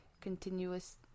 continuous